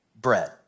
bread